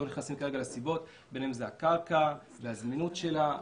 אנחנו לא נכנסים כרגע לסיבות בין אם זו הקרקע והזמינות שלה,